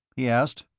he asked.